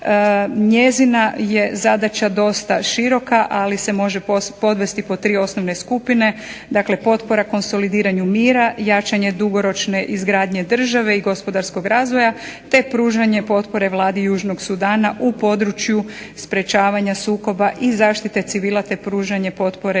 njezina je zadaća je dosta široka ali se može podvesti pod tri osnovne skupine, dakle potpora konsolidiranju mira jačanje dugoročne izgradnje države i gospodarskog razvoja te pružanje potpore Vladi Južnog sudana u području sprečavanja sukoba i zaštite civila te pružanje potpore